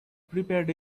prepared